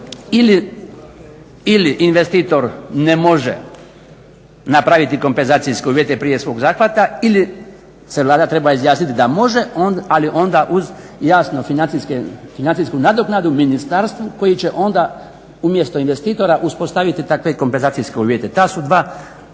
ili investitor ne može napraviti kompenzacijske uvjete prije svog zahvata ili se Vlada treba izjasniti da može, ali onda uz jasno financijsku naknadu ministarstvu koji će onda umjesto investitora uspostaviti takve kompenzacijske uvjete.